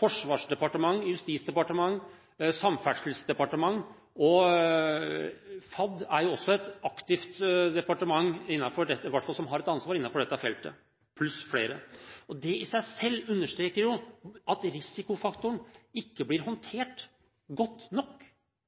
Forsvarsdepartementet, Justisdepartementet, Samferdselsdepartementet – FAD er også et aktivt departement, som i hvert fall har et ansvar innenfor dette feltet – pluss flere. Det i seg selv understreker jo at risikofaktoren ikke blir håndtert godt nok